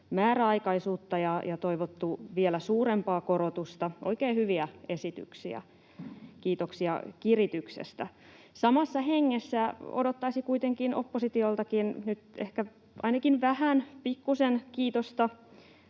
määräaikaisuutta ja toivottu vielä suurempaa korotusta. Oikein hyviä esityksiä. Kiitoksia kirityksestä. Samassa hengessä odottaisi kuitenkin oppositioltakin nyt ehkä ainakin vähän, pikkuisen kiitosta